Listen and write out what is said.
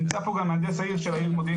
נמצא פה גם מהנדס העיר של מודיעין,